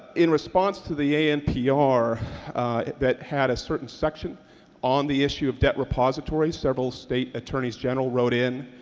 in response to the anpr that had a certain section on the issue of debt repository, several state attorneys general wrote in,